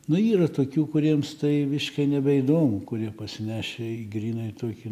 nu yra tokių kuriems tai viškai nebeįdomu kurie pasinešę į grynai tokį